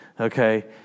Okay